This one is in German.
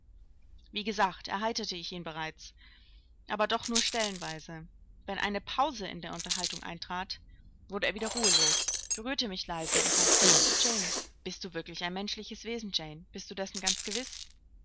wie gesagt erheitert hatte ich ihn bereits aber doch nur stellenweise wenn eine pause in der unterhaltung eintrat wurde er wieder ruhelos berührte mich leise und sagte jane bist du wirklich ein menschliches wesen jane bist du dessen ganz gewiß